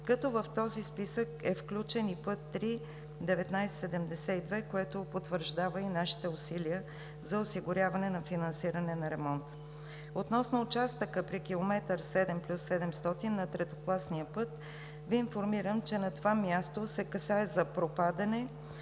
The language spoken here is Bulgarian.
като в този списък е включен и път III-1972, което потвърждава и нашите усилия за осигуряване на финансиране на ремонта. Относно участъка при километър 7+700 на третокласния път Ви информирам, че на това място се касае за пропадане.